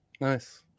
Nice